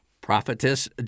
prophetess